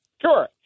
sure